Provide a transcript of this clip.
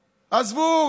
עזבו,